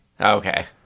okay